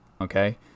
Okay